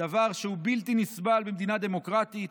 דבר שהוא בלתי נסבל במדינה דמוקרטית.